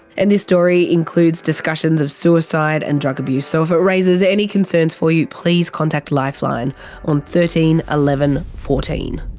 and this story includes discussions of suicide and drug abuse, so if it raises any concerns for you please contact lifeline on thirteen eleven fourteen.